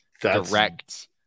direct